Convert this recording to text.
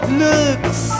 looks